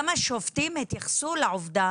גם השופטים התייחסו לעובדה